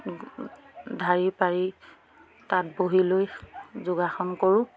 ঢাৰি পাৰি তাত বহি লৈ যোগাসন কৰোঁ